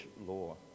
law